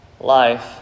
life